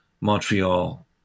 Montreal